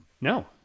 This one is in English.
No